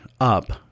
up